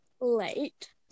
late